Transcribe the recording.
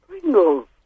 Pringles